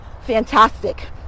Fantastic